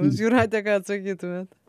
jūrate ką atsakytumėt